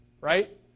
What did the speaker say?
right